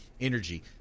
energy